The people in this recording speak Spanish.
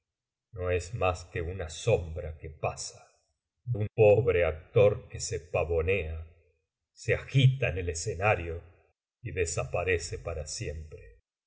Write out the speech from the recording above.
no es más que una sombra que pasa unpobre actor que se pavonea se agita en el escenario y desaparece para siempre